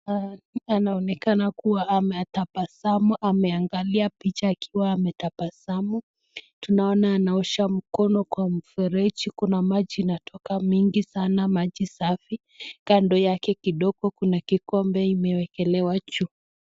Anaonekana kuwa ametabasamu, ameangalia picha akiwa ametabasamu. Tunaona anaosha mkono kwa mfereji. Kuna maji inatoka mingi sana, maji safi. Kando yake kidogo kuna kikombe imewekelewa juu.